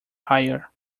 higher